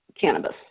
Cannabis